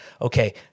okay